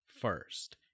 first